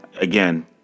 again